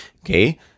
Okay